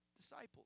disciples